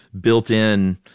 built-in